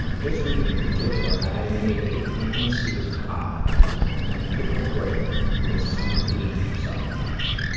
this week in particular i made a pan seared cod and pickled grape with summer bean succotash.